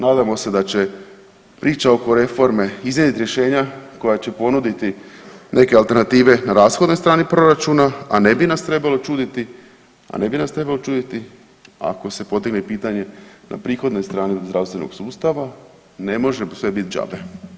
Nadamo se da će priča oko reforme iznjedriti rješenja koja će ponuditi neke alternative na rashodnoj strani proračuna, a ne bi nas trebalo čuditi, a ne bi nas trebalo čuditi ako se potegne pitanje na prihodnoj strani zdravstvenog sustava ne može sve biti džabe.